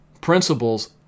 principles